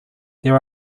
there